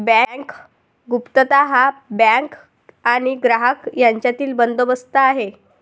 bank गुप्तता हा bank आणि ग्राहक यांच्यातील बंदोबस्त आहे